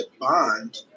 bond